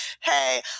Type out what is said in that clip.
hey